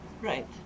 Right